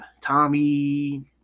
Tommy